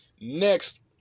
Next